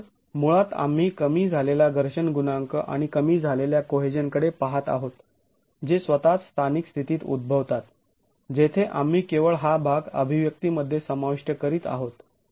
तर मुळात आम्ही कमी झालेला घर्षण गुणांक आणि कमी झालेल्या कोहेजनकडे पहात आहोत जे स्वतःच स्थानिक स्थितीत उद्भवतात जेथे आम्ही केवळ हा भाग अभिव्यक्तीमध्ये समाविष्ट करीत आहोत